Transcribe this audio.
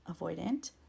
avoidant